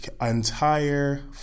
entire